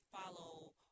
follow